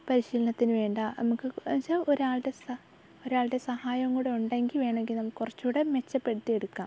പരിശീലനത്തിന് വേണ്ട നമുക്ക് വെച്ചാൽ ഒരാളുടെ സഹ ഒരാളുടെ സഹായം കൂടെ ഉണ്ടെങ്കിൽ വേണമെങ്കിൽ നമുക്ക് കുറച്ചു കൂടെ മെച്ചപ്പെടുത്തി എടുക്കാം